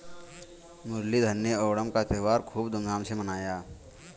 मुरलीधर ने ओणम का त्योहार खूब धूमधाम से मनाया